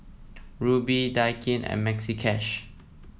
Rubi Daikin and Maxi Cash